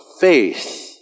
faith